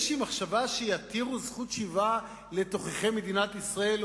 מחשבה שיתירו זכות שיבה לתוככי מדינת ישראל,